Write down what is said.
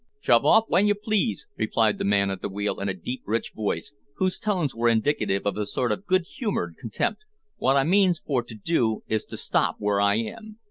shove off w'en you please, replied the man at the wheel, in a deep rich voice, whose tones were indicative of a sort of good-humoured contempt wot i means for to do is to stop where i am.